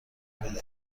بدهید